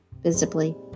visibly